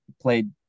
played